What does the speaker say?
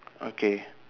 okay